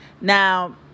Now